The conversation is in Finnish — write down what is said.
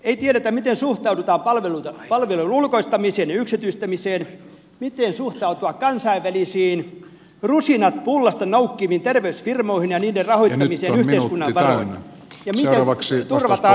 ei tiedetä miten suhtaudutaan palveluiden ulkoistamiseen ja yksityistämiseen miten suhtautua kansainvälisiin rusinat pullasta noukkiviin terveysfirmoihin ja niiden rahoittamiseen yhteiskunnan varoilla ja miten turvataan kansalaisten vaikutusmahdollisuudet